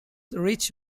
rich